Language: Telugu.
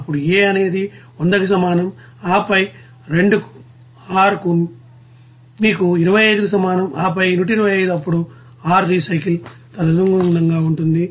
అప్పుడు A అనేది 100 కి సమానం ఆపై 2 R మీకు 25 కి సమానం ఆ ఫై 125 అప్పుడు R రీసైకిల్ తదనుగుణంగా ఉంటుంది